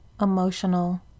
emotional